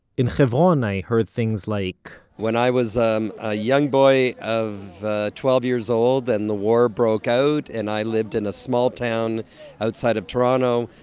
in hebron i heard things like when i was um a young boy of twelve years old, and the war broke out and i lived in a small town outside of toronto,